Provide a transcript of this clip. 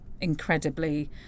incredibly